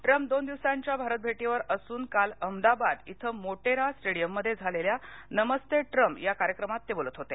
Trump दोन दिवसांच्या भारत भेटीवर असून काल अहमदाबाद इथं मोटेरा स्टेडीयममध्ये झालेल्या नमस्ते ट्रंप या कार्यक्रमात ते बोलत होते